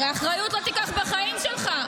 הרי אחריות לא תיקח בחיים שלך.